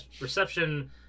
reception